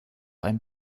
ein